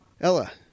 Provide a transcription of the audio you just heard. Ella